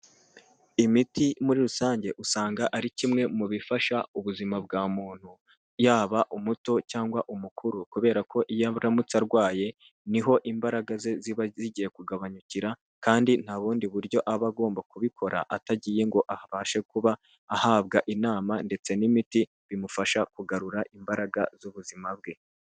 imiti muri rusange usanga ari kimwe mu bifasha ubuzima bwa muntu yaba umuto cyangwa umukuru kubera ko iyo aramutse arwaye niho imbaraga ze ziba zigiye kugabanyukira kandi nta bundi buryo aba agomba kubikora atagiye ngo abashe kuba ahabwa inama ndetse n'imiti bimufasha kugarura imbaraga z'ubuzima bwe.